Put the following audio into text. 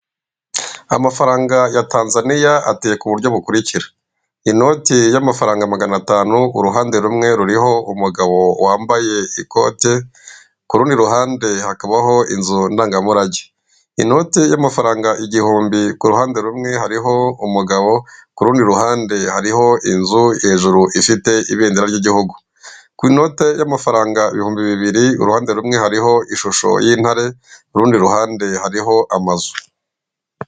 Amafaranga ya Tanzaniya ateye ku buryo bukurikira: inoti y'amafaranga magana atanu, uruhande rumwe ruriho umugabo wambaye ikote, ku rundi ruhande hakabaho inzu ndangamurage. Inote y'amafaranga igihumbi, ku ruhande rumwe hariho umugabo, ku rundi ruhande hariho inzu hejuru ifite ibendera ry'igihugu. Ku noti y'amafaranga ibihumbi bibiri, uruhande rumwe hariho ishusho y'intare, urundi ruhande hariho amazu.